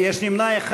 יש נמנע אחד.